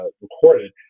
recorded